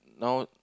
now